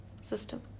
system